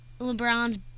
LeBron's